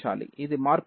ఇది మార్పుదల రేట్